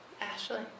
Ashley